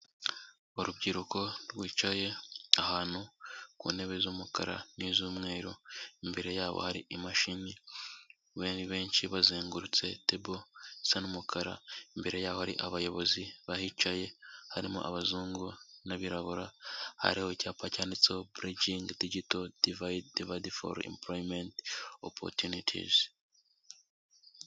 Urubyiruko rwicaye ahantu ku ntebe z'umukara n'iz'umweru. Imbere yabo hari imashini. Bari benshi bazengurutse tebo isa n'umukara, imbere yaho ari abayobozi bahicaye harimo abazungu n'abirabura. Hariho icyapa cyanditseho buricingi digito divayidi foru impuroyimenti opotunitizi.